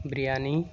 biryani